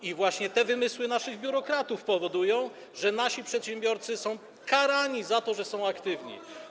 I właśnie te wymysły naszych biurokratów powodują, że nasi przedsiębiorcy są karani za to, że są aktywni.